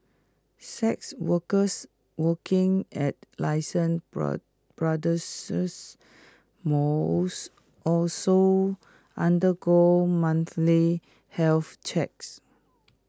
sex workers working at licensed bra brothels must also undergo monthly health checks